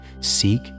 seek